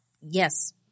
yes